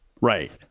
right